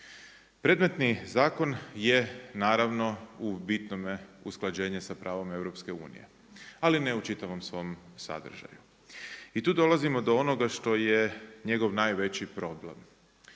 Predmetni zakon je naravno u bitnome usklađenje sa pravom EU-a, ali ne u čitavom svom sadržaju. I to dolazimo do onoga što je njegov najveći problem.